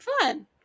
fun